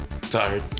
Tired